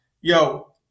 yo